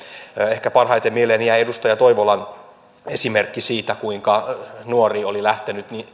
ehkä parhaiten mieleeni jäi edustaja toivolan esimerkki siitä kuinka nuori oli lähtenyt